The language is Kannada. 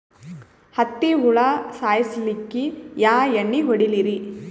ಹತ್ತಿ ಹುಳ ಸಾಯ್ಸಲ್ಲಿಕ್ಕಿ ಯಾ ಎಣ್ಣಿ ಹೊಡಿಲಿರಿ?